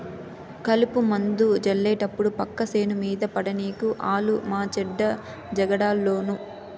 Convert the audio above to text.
కలుపుమందు జళ్లేటప్పుడు పక్క సేను మీద పడనీకు ఆలు మాచెడ్డ జగడాలోళ్ళు